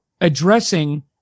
addressing